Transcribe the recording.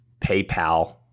PayPal